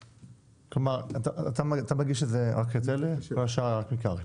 כלומר אתה מגיש רק את אלה וכל השאר קרעי.